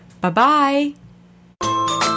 Bye-bye